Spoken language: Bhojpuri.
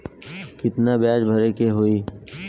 कितना ब्याज भरे के होई?